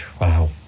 wow